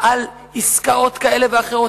על עסקאות כאלה ואחרות,